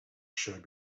showed